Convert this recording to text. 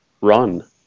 run